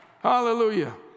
Hallelujah